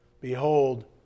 Behold